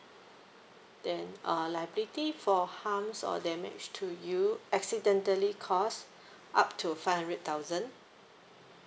then uh liability for harms or damage to you accidentally cost up to five hundred thousand